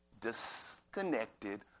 disconnected